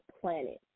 planet